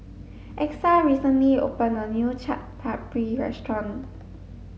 Exa recently opened a new Chaat Papri restaurant